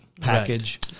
package